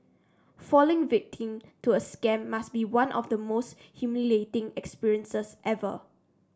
falling victim to a scam must be one of the most humiliating experiences ever